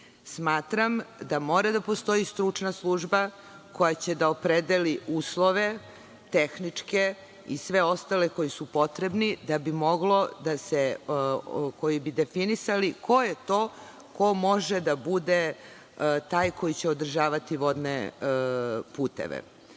smatram da mora da postoji stručna služba koja će da opredeli uslove, tehničke i sve ostale koji su potrebni, koji bi definisali ko je to ko može da bude taj koji će održavati vodne puteve.